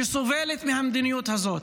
שסובלת מהמדיניות הזאת.